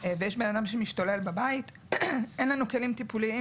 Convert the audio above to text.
ויש אדם שמשתולל בבית אין לנו כלים טיפוליים.